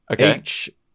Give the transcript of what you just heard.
Okay